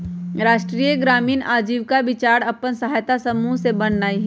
राष्ट्रीय ग्रामीण आजीविका मिशन के पाछे मुख्य विचार अप्पन सहायता समूह बनेनाइ हइ